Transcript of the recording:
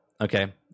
Okay